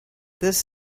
this